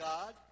God